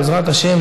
בעזרת השם,